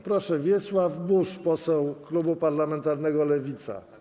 Proszę, Wiesław Buż, poseł klubu parlamentarnego Lewica.